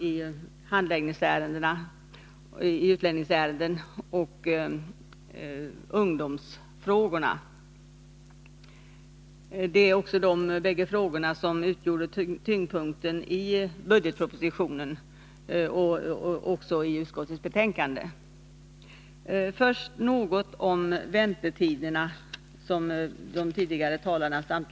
Det är väntetiderna i utlänningsärenden och ungdomsfrågorna. Dessa båda frågor utgjorde tyngdpunkten i budgetpropositionen och utskottets betänkande. Först något om väntetiderna, som samtliga tidigare talare har berört.